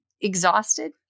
exhausted